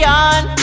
on